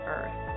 Earth